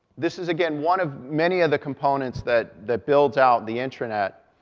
this is, again, one of many of the components that that builds out the intranet,